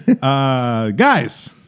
Guys